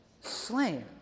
slain